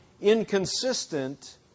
inconsistent